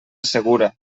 segura